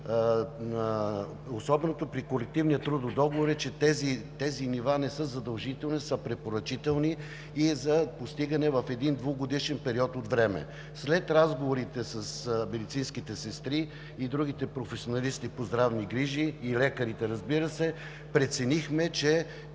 Особеното при Колективния трудов договор е, че тези нива не са задължителни, а са препоръчителни и за постигане в един двугодишен период от време. След разговорите с медицинските сестри и другите професионалисти по здравни грижи, и лекарите, разбира се, преценихме, че